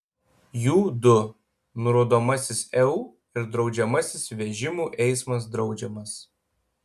jų du nurodomasis eu ir draudžiamasis vežimų eismas draudžiamas